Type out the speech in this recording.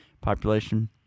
population